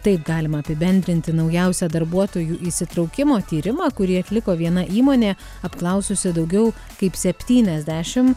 taip galima apibendrinti naujausią darbuotojų įsitraukimo tyrimą kurį atliko viena įmonė apklaususi daugiau kaip septyniasdešimt